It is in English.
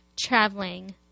traveling